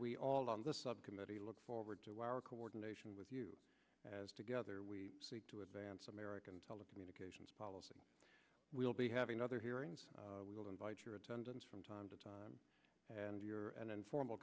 we all on the subcommittee look forward to our coordination with you as together we seek to advance american telecommunications policy we'll be having other hearings we will invite your attendance from time to time and you're an informal